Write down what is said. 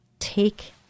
Take